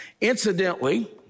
Incidentally